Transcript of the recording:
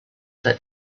that